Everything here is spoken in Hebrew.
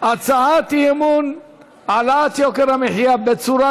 הצעת אי-אמון בנושא: העלאת יוקר המחיה בצורה